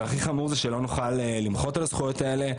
והכי חמור שלא נוכל למחות על הזכויות האלה,